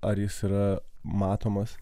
ar jis yra matomas